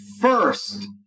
first